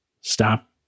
stop